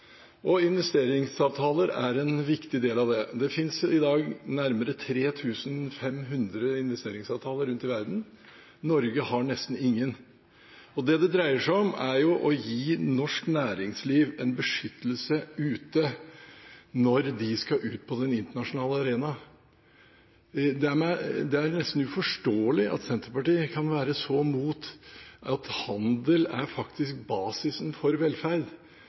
USA. Investeringsavtaler er en viktig del av det. Det finnes i dag nærmere 3 500 investeringsavtaler rundt i verden. Norge har nesten ingen. Det det dreier seg om, er å gi norsk næringsliv en beskyttelse ute når de skal ut på den internasjonale arena. Det er nesten uforståelig at Senterpartiet kan være så mot at handel faktisk er basisen for velferd.